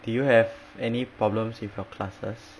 did you have any problems with your classes